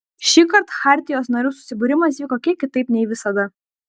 šįkart chartijos narių susibūrimas vyko kiek kitaip nei visada